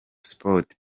sports